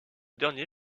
dernier